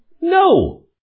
No